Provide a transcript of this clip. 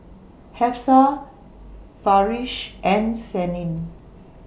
Hafsa Farish and Senin